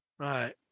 Right